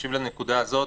נשיב לנקודה הזאת.